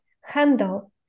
handle